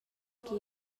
che